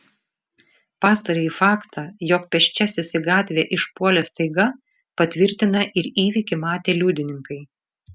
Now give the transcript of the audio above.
pastarąjį faktą jog pėsčiasis į gatvę išpuolė staiga patvirtina ir įvykį matę liudininkai